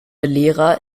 lehrer